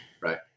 right